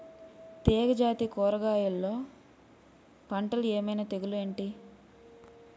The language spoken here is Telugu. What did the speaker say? తీగ జాతి కూరగయల్లో పంటలు ఏమైన తెగులు ఏంటి?